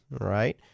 right